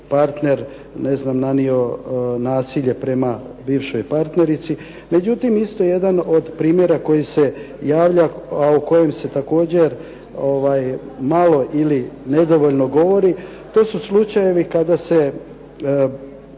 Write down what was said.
partner nanio nasilje prema bivšoj partnerici. Međutim isto jedan od primjera koji se javlja, a o kojem se također malo ili nedovoljno govori to su slučajevi kada se